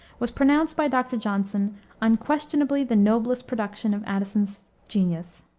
was pronounced by dr. johnson unquestionably the noblest production of addison's genius.